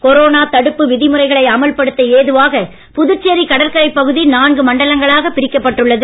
corona தடுப்பு விதிமுறைகளை அமல்படுத்தஏதுவாக புதுச்சேரி கடற்கரைப் பகுதி நான்கு மண்டலங்களாக பிரிக்கப்பட்டுள்ளது